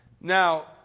Now